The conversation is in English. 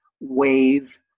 wave